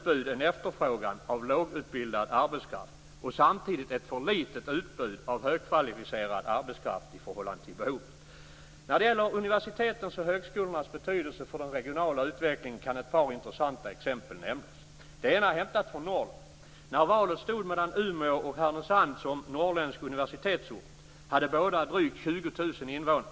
större än efterfrågan beträffande lågutbildad arbetskraft, och samtidigt är utbudet av högkvalificerad arbetskraft för litet i förhållande till behovet. När det gäller universitetens och högskolornas betydelse för den regionala utvecklingen kan ett par intressanta exempel nämnas. Ett exempel är hämtat från Norrland. När valet stod mellan Umeå och Härnösand som norrländsk universitetsort hade båda städerna drygt 20 000 invånare.